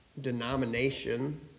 denomination